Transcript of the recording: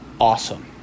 awesome